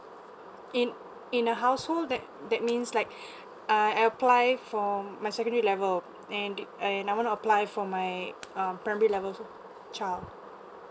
in in a household that that means like uh I apply for my secondary level and it and I wanna apply for my um primary level also child